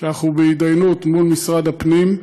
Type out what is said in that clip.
ואנחנו בהתדיינות עם משרד הפנים.